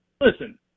listen